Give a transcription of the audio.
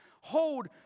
hold